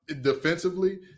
defensively